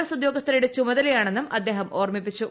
S ഉദ്യോഗസ്ഥരുടെ ചുമതലയാണെന്നും അദ്ദേഹം ഓർമ്മിപ്പിച്ചു